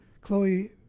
Chloe